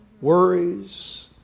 worries